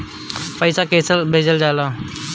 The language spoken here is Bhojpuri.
पैसा कैसे भेजल जाइ?